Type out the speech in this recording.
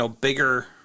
bigger